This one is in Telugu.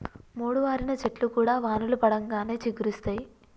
మోడువారిన చెట్లు కూడా వానలు పడంగానే చిగురిస్తయి